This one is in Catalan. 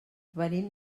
venim